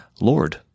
Lord